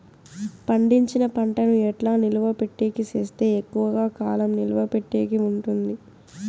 పండించిన పంట ను ఎట్లా నిలువ పెట్టేకి సేస్తే ఎక్కువగా కాలం నిలువ పెట్టేకి ఉంటుంది?